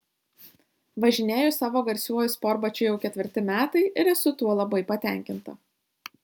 važinėju savo garsiuoju sportbačiu jau ketvirti metai ir esu tuo labai patenkinta